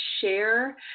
share